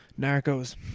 Narcos